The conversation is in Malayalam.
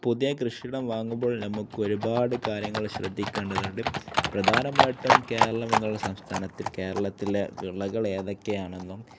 പുതിയ കൃഷിയിടം വാങ്ങുമ്പോൾ നമുക്ക് ഒരുപാട് കാര്യങ്ങൾ ശ്രദ്ധിക്കേണ്ടതുണ്ട് പ്രധാനമായിട്ടും കേരളമെന്നുള്ള സംസ്ഥാനത്തിൽ കേരളത്തിലെ വിളകൾ ഏതൊക്കെയാണെന്നും